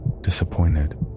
Disappointed